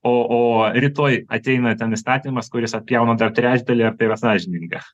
o o rytoj ateina ten įstatymas kuris atpjauna dar trečdalį ar tai yra sąžininga